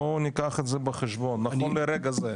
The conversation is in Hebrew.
בואו ניקח את זה בחשבון, נכון לרגע זה.